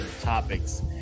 topics